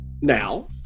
now